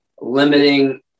limiting